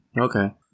Okay